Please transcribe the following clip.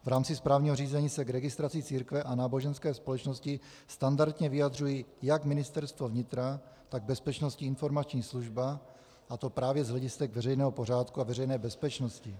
V rámci správního řízení se k registraci církve a náboženských společností standardně vyjadřují jak Ministerstvo vnitra, tak Bezpečnostní informační služba, a to právě z hledisek veřejného pořádku a veřejné bezpečnosti.